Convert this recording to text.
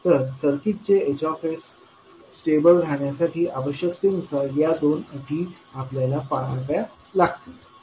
तर सर्किटचे H stable राहण्यासाठी आवश्यकतेनुसार या दोन अटी आपल्याला पाळाव्या लागतील